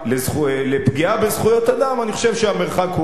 לפגיעה בזכויות אדם, אני חושב שהמרחק רב.